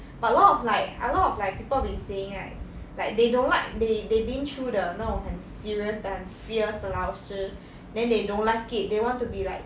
but a lot of like a lot of like people been saying like like they don't like they they been through the 那种很 serious 的很 fierce 的老师 then they don't like it they want to be like